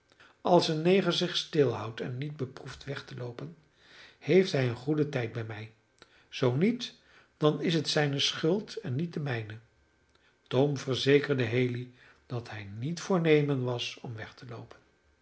als een neger zich stilhoudt en niet beproeft weg te loopen heeft hij een goeden tijd bij mij zoo niet dan is het zijne schuld en niet de mijne tom verzekerde haley dat hij niet van voornemen was om weg te loopen